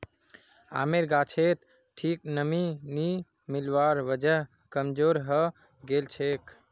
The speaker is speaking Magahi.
आमेर गाछोत ठीक नमीं नी मिलवार वजह कमजोर हैं गेलछेक